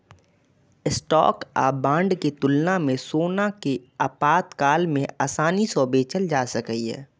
stock आ bond के तुलना मे सोना कें आपातकाल मे आसानी सं बेचल जा सकैए